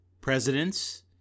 presidents